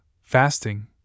fasting—